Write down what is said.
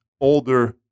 older